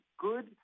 good